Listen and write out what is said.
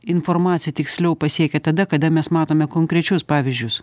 informacija tiksliau pasiekia tada kada mes matome konkrečius pavyzdžius